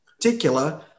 particular